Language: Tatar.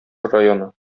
районы